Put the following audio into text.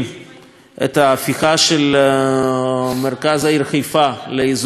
את ההפיכה של מרכז העיר חיפה לאזור אוויר נקי.